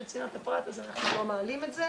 צנעת הפרט אז אנחנו לא מעלים את זה.